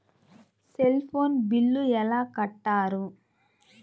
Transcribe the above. Cell phone bill ఎలా కట్టారు?